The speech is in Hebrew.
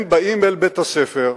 הם באים אל בית-הספר,